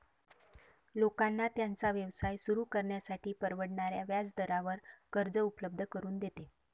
लोकांना त्यांचा व्यवसाय सुरू करण्यासाठी परवडणाऱ्या व्याजदरावर कर्ज उपलब्ध करून देते